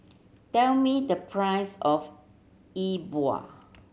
tell me the price of Yi Bua